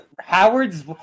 Howard's